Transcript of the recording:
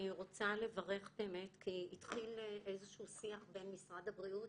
אני רוצה לברך באמת כי התחיל איזשהו שיח בין משרד הבריאות,